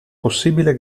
possibile